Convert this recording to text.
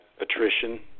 attrition